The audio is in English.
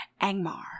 Angmar